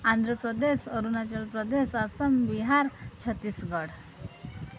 Andhra Pradesh Arunachal Pradesh Assam Bihar Chhattisgarh